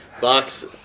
Box